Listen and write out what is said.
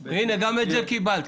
הנה, גם את זה קיבלת.